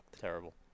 terrible